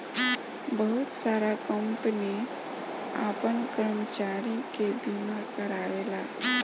बहुत सारा कंपनी आपन कर्मचारी के बीमा कारावेला